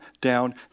down